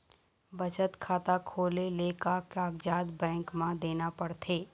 बचत खाता खोले ले का कागजात बैंक म देना पड़थे?